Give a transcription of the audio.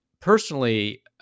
personally